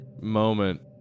moment